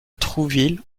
trouville